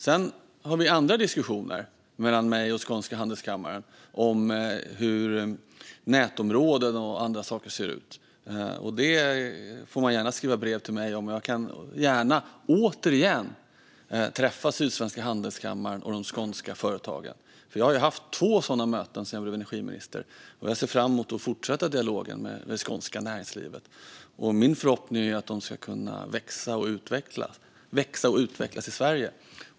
Sedan finns det andra diskussioner mellan mig och Sydsvenska Handelskammaren om hur nätområden och andra saker ser ut. Det får man gärna skriva brev till mig om, och jag träffar gärna - återigen - Sydsvenska Handelskammaren och de skånska företagen. Jag har haft två sådana möten sedan jag blev energiminister, och jag ser fram emot att fortsätta dialogen med det skånska näringslivet. Min förhoppning är att det ska kunna växa och utvecklas i Sverige.